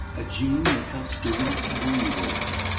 a gene that helps direct brain growth.